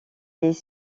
les